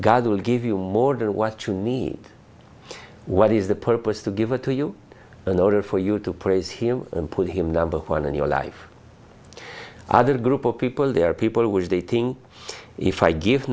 god will give you more than what you need what is the purpose to give it to you in order for you to praise him and put him number one in your life other group of people there are people who are dating if i give